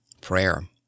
Prayer